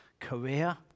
career